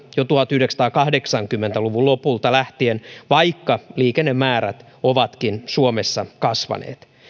jo tuhatyhdeksänsataakahdeksankymmentä luvun lopulta lähtien vaikka liikennemäärät ovatkin suomessa kasvaneet